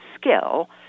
skill